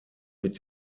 mit